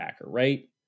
right